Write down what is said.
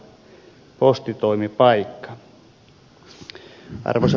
arvoisa puhemies